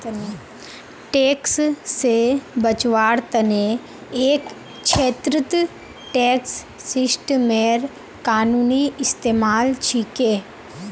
tax से बचवार तने एक छेत्रत टैक्स सिस्टमेर कानूनी इस्तेमाल छिके